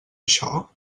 això